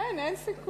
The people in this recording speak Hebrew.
אין, אין סיכוי.